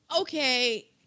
okay